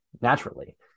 naturally